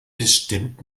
bestimmt